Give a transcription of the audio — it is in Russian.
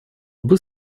было